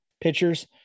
pitchers